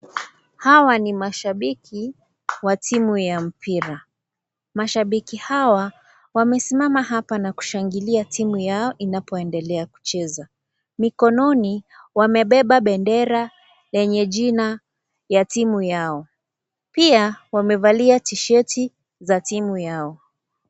Hawa ni mashabiki wa timu ya mpira. Mashabiki hawa wamesimama hapa na kushangilia timu yao inapoendelea kucheza. Mikononi wamebeba bendera yenye jina ya timu yao. Pia wamevalia tisheti za timu yao.